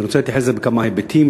ואני רוצה להתייחס לזה בכמה היבטים.